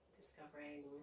discovering